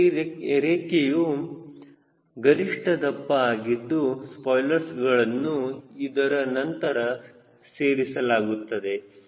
ಮತ್ತು ಈ ರೇಖೆಯು ಗರಿಷ್ಠ ದಪ್ಪ ಆಗಿದ್ದು ಸ್ಪಾಯ್ಲರ್ಸ್ ಗಳನ್ನು ಇದರ ನಂತರ ಸೇವಿಸಲಾಗುತ್ತದೆ